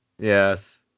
Yes